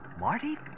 Marty